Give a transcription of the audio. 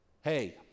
hey